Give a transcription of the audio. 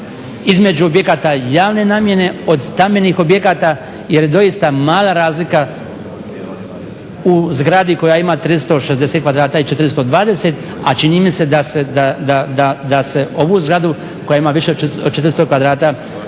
između objekata javne namjene od stambenih objekata jer je doista mala razlika u zgradi koja ima 360 kvadrata i 420, a čini mi se da se ovu zgradu koja ima više od 400 kvadrata